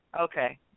Okay